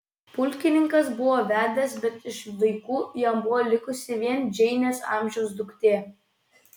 pulkininkas buvo vedęs bet iš vaikų jam buvo likusi vien džeinės amžiaus duktė